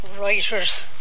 Writers